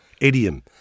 idiom